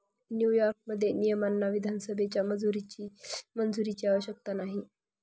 न्यूयॉर्कमध्ये, नियमांना विधानसभेच्या मंजुरीची आवश्यकता नाही